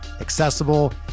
accessible